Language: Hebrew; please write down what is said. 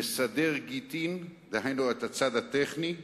לסדר גטין, דהיינו, את הצד הטכני,